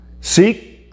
seek